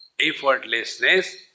Effortlessness